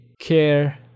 care